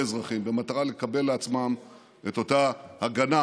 אזרחים במטרה לקבל לעצמם את אותה הגנה,